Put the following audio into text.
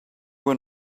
were